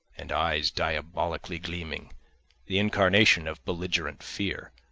and eyes diabolically gleaming the incarnation of belligerent fear.